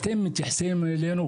אתם מתייחסים אלינו,